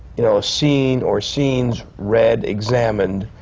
you know, a scene or scenes read, examined,